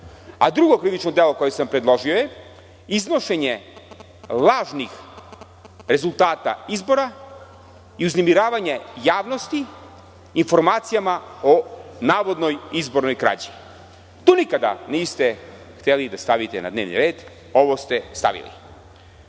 Drugo krivično delo koje sam predložio je iznošenje lažnih rezultata izbora i uznemiravanje javnosti informacija o navodnoj izbornoj krađi. To nikada niste hteli da stavite na dnevni red. Ovo ste stavili.